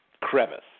crevice